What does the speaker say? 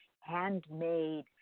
handmade